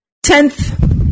Tenth